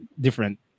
different